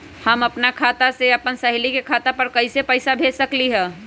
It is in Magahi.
हम अपना खाता से अपन सहेली के खाता पर कइसे पैसा भेज सकली ह?